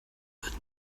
würden